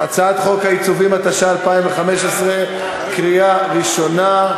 העיצובים, התשע"ה 2015, קריאה ראשונה.